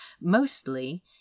Mostly